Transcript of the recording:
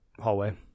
hallway